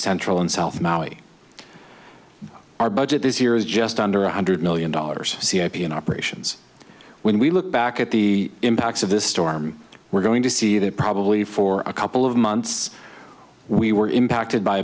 central and south maui our budget this year is just under one hundred million dollars c a p n operations when we look back at the impacts of this storm we're going to see that probably for a couple of months we were impacted by